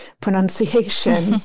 pronunciation